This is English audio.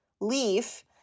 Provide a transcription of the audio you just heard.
LEAF